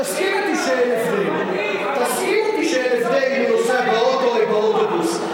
תסכים אתי שאין הבדל אם הוא נוסע באוטו או באוטובוס,